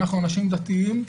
אנשים דתיים,